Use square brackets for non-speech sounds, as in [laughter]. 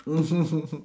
[laughs]